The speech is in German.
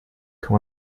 kann